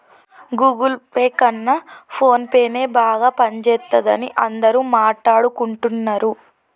Google Pay కన్నా ఫోన్పేనే బాగా పనిజేత్తందని అందరూ మాట్టాడుకుంటన్నరు